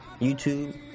YouTube